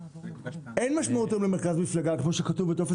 אין משמעות היום למרכז מפלגה כמו שכתוב בטופס